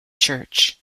church